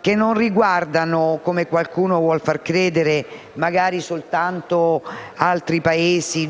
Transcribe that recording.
che non riguardano, come qualcuno vuol far credere, magari soltanto altri Paesi.